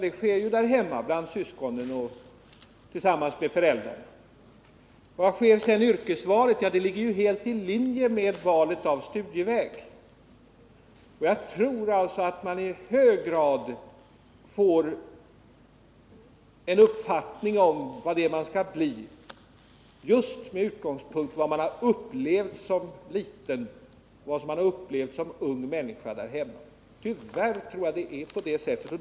Det sker där hemma bland syskonen och tillsammans med föräldrarna. Var sker sedan yrkesvalet? Ja, det ligger ju helt i linje med valet av studieväg. Jag tror att man i hög grad får en uppfattning om vad det är man skall bli just genom vad man har upplevt som liten och som ung människa där hemma. Tyvärr tror jag att det är på det sättet.